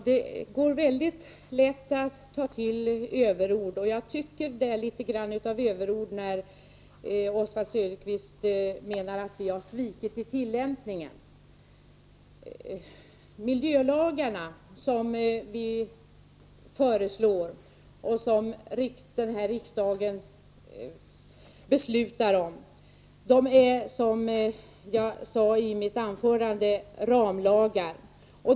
Herr talman! Det går väldigt lätt att ta till överord, och jag tycker att det är litet grand av överord när Oswald Söderqvist menar att vi har svikit i tillämpningen. Miljölagarna som regeringen föreslår och som riksdagen beslutar om är, som jag sade i mitt anförande, ramlagar.